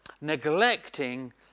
Neglecting